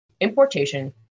importation